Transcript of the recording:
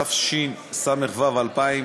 התשס"ו 2006,